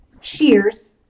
shears